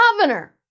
governor